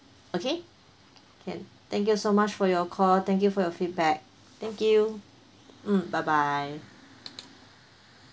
okay can thank you so much for your call thank you for your feedback thank you mm bye bye